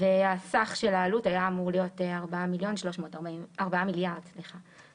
סך העלות היה אמור להיות 4.341 מיליארד שקל.